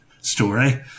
story